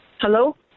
Hello